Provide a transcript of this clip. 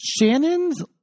shannon's